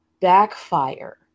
backfire